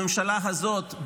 הממשלה הזאת,